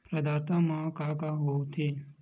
प्रदाता मा का का हो थे?